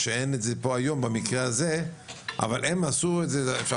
בארץ מה שאין היום במקרה של העולים מ ברית המועצות לשעבר אפשר